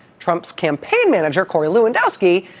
trump's campaign manager, corey lewandowski,